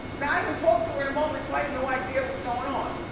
now, i haven't talked to her in a moment so i have no idea what's goin' on.